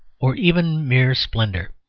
or even mere splendour.